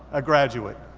a graduate,